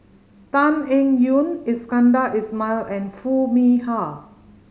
Tan Eng Yoon Iskandar Ismail and Foo Mee Har